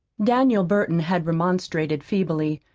daniel burton had remonstrated feebly,